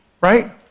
right